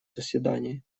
заседании